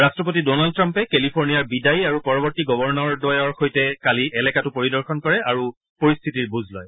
ৰাট্টপতি ড'নাল্ড ট্ৰাম্পে কেলিফৰ্ণিয়াৰ বিদায়ী আৰু পৰৱৰ্তী গভৰ্ণৰদ্বয়ৰ সৈতে কালি এলেকাটো পৰিদৰ্শন কৰে আৰু পৰিশ্থিতিৰ বুজ লয়